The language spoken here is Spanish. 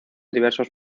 diversos